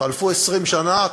חלפו 20 שנה,